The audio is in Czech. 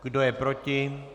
Kdo je proti?